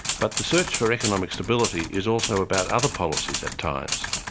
but the search for economic stability is also about other policies at times,